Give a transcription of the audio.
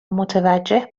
متوجه